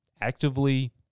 actively